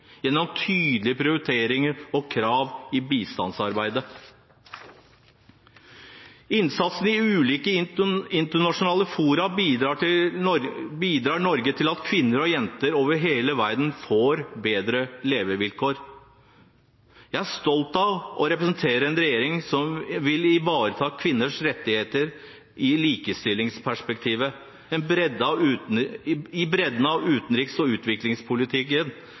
Gjennom tydelige prioriteringer og krav i bistandsarbeidet og innsats i ulike internasjonale fora bidrar Norge til at kvinner og jenter over hele verden får bedre levevilkår. Jeg er stolt av å representere en regjering som vil ivareta kvinners rettigheter og likestillingsperspektivet i bredden av